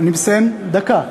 אני מסיים, דקה.